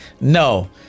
no